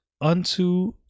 unto